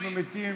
אנחנו מתים